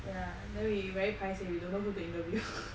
yeah then we very paiseh we don't know who to interview